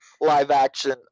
live-action